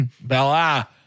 Bella